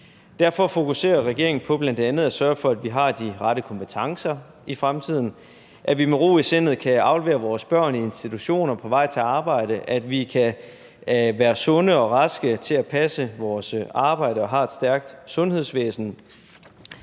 Derfor fokuserer regeringen på bl.a. at sørge for, at vi har de rette kompetencer i fremtiden, at vi med ro i sindet kan aflevere vores børn i institutioner på vej til arbejde, at vi kan være sunde og raske til at passe vores arbejde og har et stærkt sundhedsvæsen.